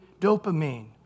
dopamine